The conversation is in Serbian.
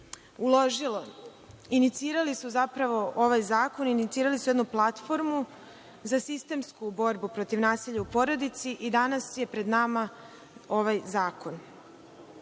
uložilo inicirali su zapravo ovaj zakon, inicirali su jednu platformu za sistemsku borbu protiv nasilja u porodici i danas je pred nama ovaj zakon.